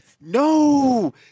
No